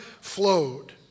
flowed